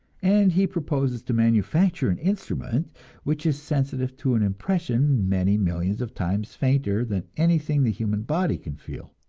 and he proposes to manufacture an instrument which is sensitive to an impression many millions of times fainter than anything the human body can feel.